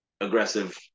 aggressive